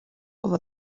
over